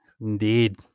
Indeed